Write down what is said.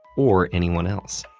or anyone else.